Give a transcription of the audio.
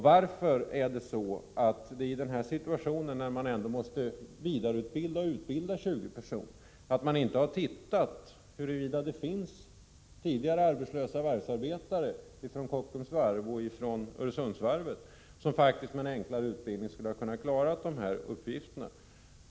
Varför har man i den här situationen, där man ändå måste utbilda eller vidareutbilda 20 personer, inte undersökt huruvida det finns arbetslösa varvsarbetare från Kockums varv och Öresundsvarvet, som med en enklare utbildning skulle kunna klara de här uppgifterna?